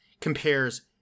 compares